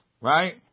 right